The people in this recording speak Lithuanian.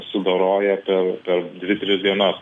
sudoroja per dvi tris dienas